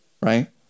Right